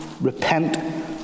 Repent